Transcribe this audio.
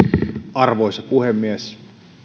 arvoisa puhemies